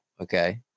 okay